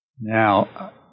Now